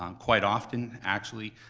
um quite often, actually,